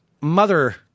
mother